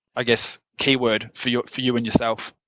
i guess, keyword for you for you and yourself.